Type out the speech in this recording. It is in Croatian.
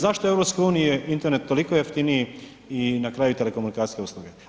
Zašto u EU je Internet toliko jeftiniji i na kraju telekomunikacijske usluge?